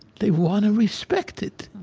they want to respect it.